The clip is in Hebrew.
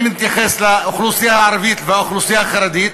אני מתייחס לאוכלוסייה הערבית ולאוכלוסייה החרדית,